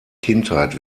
kindheit